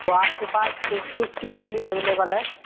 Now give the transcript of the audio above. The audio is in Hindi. तो आपके पास किस किस की लकड़ी एवेलेबल है